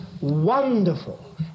wonderful